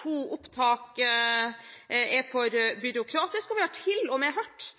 to opptak er for byråkratisk. Vi har til og med hørt